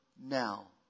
now